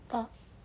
tak